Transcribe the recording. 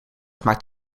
maakt